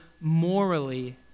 morally